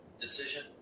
decision